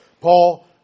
Paul